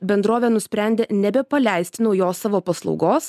bendrovė nusprendė nebepaleisti naujos savo paslaugos